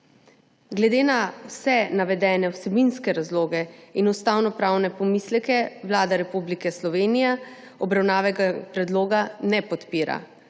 Glede na vse navedene vsebinske razloge in ustavnopravne pomisleke Vlada Republike Slovenije obravnavanega predloga ne podpira.